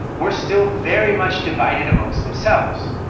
were still very much divided amongst themselves.